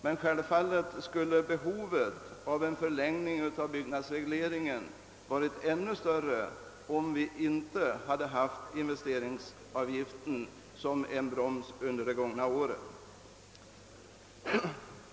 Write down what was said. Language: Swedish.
Men självfallet skulle behovet av en förlängning av byggnadsregleringen ha varit ännu större, om inte investeringsavgiften under det gångna året fungerat som en broms.